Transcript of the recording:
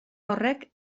horrek